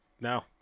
No